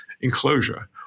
enclosure